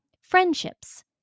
Friendships